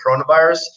coronavirus